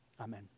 amen